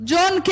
John